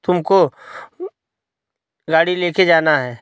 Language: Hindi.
तुमक गाड़ी ले के जाना है